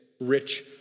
rich